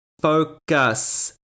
focus